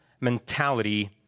mentality